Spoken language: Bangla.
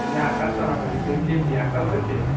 আমি আকাশ বলছি তুই কি পিয়াঙ্কা বলছিস